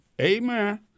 Amen